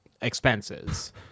expenses